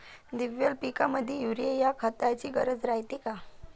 द्विदल पिकामंदी युरीया या खताची गरज रायते का?